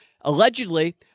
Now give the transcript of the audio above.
allegedly